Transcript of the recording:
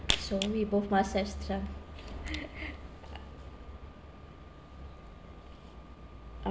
so we both must have strength